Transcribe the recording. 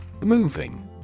Moving